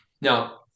Now